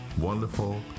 wonderful